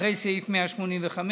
אחרי סעיף 185,